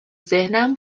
ذهنم